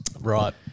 Right